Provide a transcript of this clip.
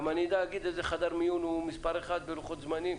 אני אדע להגיד איזה חדר מיון הוא מספר אחד בלוחות זמנים.